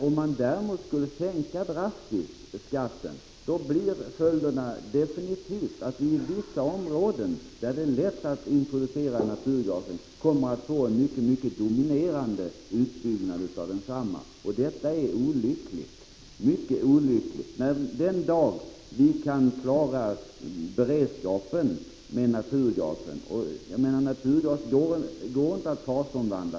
Om man däremot skulle sänka skatten drastiskt, skulle följderna absolut bli att vi i vissa områden där det är lätt att introducera naturgas skulle få en mycket dominerande utbyggnad av densamma. Det vore mycket olyckligt. Naturgasen går inte att fasomvandla.